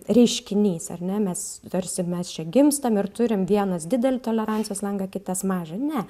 reiškinys ar ne mes tarsi mes čia gimstam ir turim vienas didelį tolerancijos langą kitas mažą ne